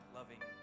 loving